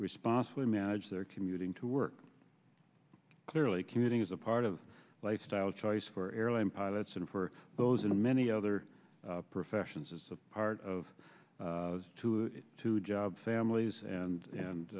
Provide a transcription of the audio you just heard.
responsibly manage their commuting to work clearly commuting is a part of lifestyle choice for airline pilots and for those in many other professions it's a part of two it two job families and a